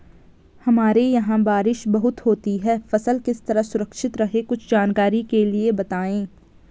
हमारे यहाँ बारिश बहुत होती है फसल किस तरह सुरक्षित रहे कुछ जानकारी के लिए बताएँ?